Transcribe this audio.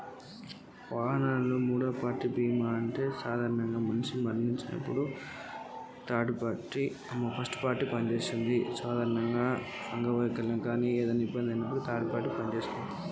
వాహనాల్లో మూడవ పార్టీ బీమా అంటే ఏంటి?